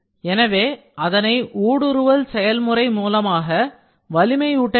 எனவே அதனை ஊடுருவல் செயல்முறை மூலமாக வலிமையூட்ட வேண்டும்